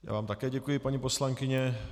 Já vám také děkuji, paní poslankyně.